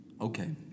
Okay